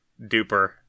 duper